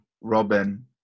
Robin